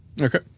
Okay